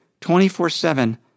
24-7